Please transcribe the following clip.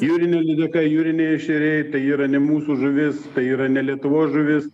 jūrinė lydeka jūriniai ešeriai tai yra ne mūsų žuvis tai yra ne lietuvos žuvis